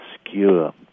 obscure